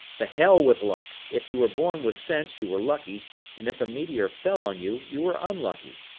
the hell with luck. if you were born with sense you were lucky and if a meteor fell on you, you were unlucky,